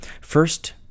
First